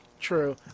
True